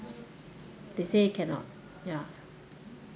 they say cannot ya